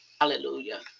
Hallelujah